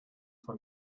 von